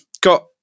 Got